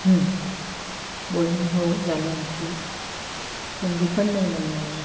बोलणं हो झालं आहे ह्यापूर्वी पण रिफंड नाही नं मिळालेला